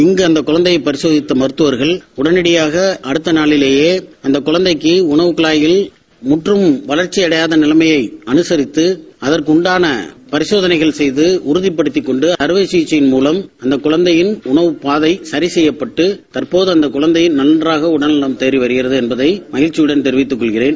இங்கு குழந்தையை பரிசோகித்த மரத்தவர்கள் உடனடியாக அடுக்க நாளிலேயே அந்த குழந்தைக்கு உணவுக்குமாய் முற்றம் வளர்ச்சியடையாக நிலைமையை அமைரிக்கு அதற்குண்டான பரிசோதனைகள் செய்து உறுதிப்படுத்திக்கொண்டு அறவைசிகிச்சையின் மூலம் அந்த குழந்தையின் உணவுப்பாதை சரி செய்யப்பட்டு தற்போது அந்த குழந்தை நன்றாக உடல் நவம் தேறி வருகிறகு என்பதை மகிம்ச்சியாக கெரிவிக்குக்கொள்கிறேன்